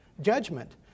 judgment